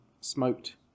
smoked